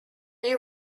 you